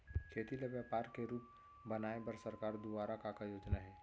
खेती ल व्यापार के रूप बनाये बर सरकार दुवारा का का योजना हे?